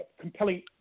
compelling